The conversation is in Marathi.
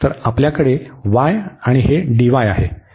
तर आपल्याकडे y आणि हे dy आहे